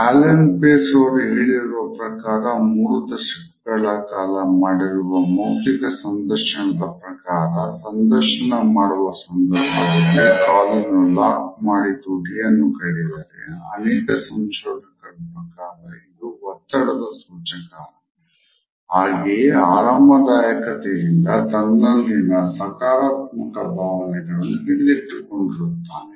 Allen Pease ಅವರು ಹೇಳಿರುವ ಪ್ರಕಾರ ಮೂರು ದಶಕಗಳ ಕಾಲ ಮಾಡಿರುವ ಮೌಖಿಕ ಸಂದರ್ಶನದ ಪ್ರಕಾರ ಸಂದರ್ಶನ ಮಾಡುವ ಸಂದರ್ಭದಲ್ಲಿ ಕಾಲನ್ನು ಲಾಕ್ ಮಾಡಿ ತುಟಿಯನ್ನು ಕಡಿದರೆ ಅನೇಕ ಸಂಶೋಧಕರ ಪ್ರಕಾರ ಇದು ಒತ್ತಡದ ಸೂಚಕ ಹಾಗೆಯೇ ಆರಾಮದಾಯಕತೆಯಿಂದ ತನ್ನಲ್ಲಿನ ನಕಾರಾತ್ಮಕ ಭಾವನೆಗಳನ್ನು ಹಿಡಿದು ಇಟ್ಟುಕೊಂಡಿರುತ್ತಾನೆ